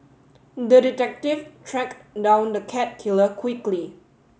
the detective tracked down the cat killer quickly